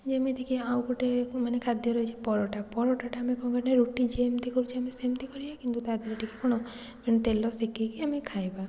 ଯେମିତିକି ଆଉ ଗୋଟେ ମାନେ ଖାଦ୍ୟରେ ରହିଛି ପରଟା ପରଟାଟା ଆମେ ରୁଟି ଯେମତିକି କରୁଛେ ସେମତି କରିବା କିନ୍ତୁ ତା' ଦେହରେ ଟିକିଏ କ'ଣ ତେଲ ସେକିକି ଆମେ ଖାଇବା